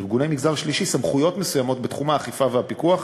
לארגוני מגזר שלישי סמכויות מסוימות בתחום האכיפה והפיקוח.